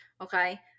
okay